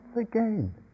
again